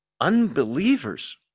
unbelievers